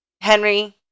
Henry